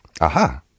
Aha